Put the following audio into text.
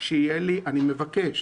אני מבקש